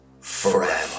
forever